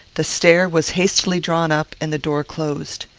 the stair was hastily drawn up, and the door closed.